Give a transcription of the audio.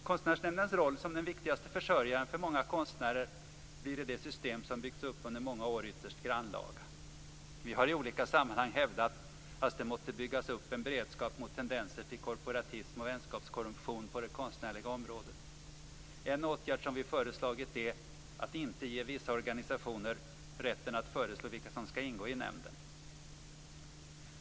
Konstnärsnämndens roll som den viktigaste försörjaren för många konstnärer blir i det system som byggts upp under många år ytterst grannlaga. Vi har i olika sammanhang hävdat att det måste byggas upp en beredskap mot tendenser till korporatism och vänskapskorruption på det konstnärliga området. En åtgärd som vi föreslagit är att inte ge vissa organisationer rätten att föreslå vilka som skall ingå i nämnden.